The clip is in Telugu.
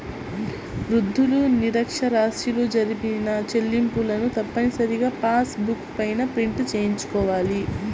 వృద్ధులు, నిరక్ష్యరాస్యులు జరిపిన చెల్లింపులను తప్పనిసరిగా పాస్ బుక్ పైన ప్రింట్ చేయించుకోవాలి